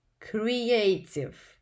creative